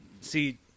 see